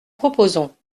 proposons